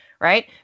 right